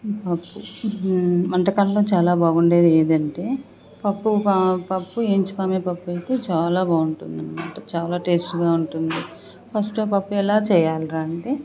వంటకాలలో చాలా బాగుండేది ఏదంటే పప్పు పా పప్పు ఏంచుకొనే పప్పైతే చాలా బాగుంటుంది చాలా టేస్ట్గా ఉంటుంది ఫస్టు పప్పు ఎలా చేయాల్రా అంటే